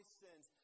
sins